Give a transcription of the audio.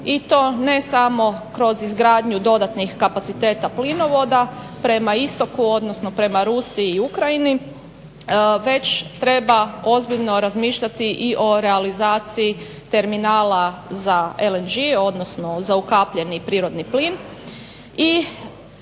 i to ne samo kroz izgradnju dodatnih kapaciteta plinovoda prema istoku, odnosno prema Rusiji i Ukrajini, već treba ozbiljno razmišljati i o realizaciji terminala za LNG-e, odnosno za ukapljeni prirodni plin.